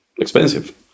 expensive